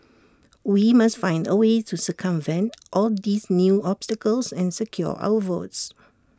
we must find A way to circumvent all these new obstacles and secure our votes